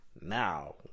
Now